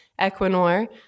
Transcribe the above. equinor